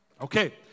Okay